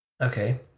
Okay